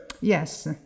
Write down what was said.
Yes